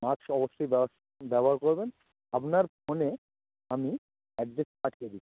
mask অবশ্যই ব্যাস ব্যবহার করবেন আপনার ফোনে আমি অ্যাড্রেস পাঠিয়ে দিচ্ছি